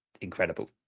incredible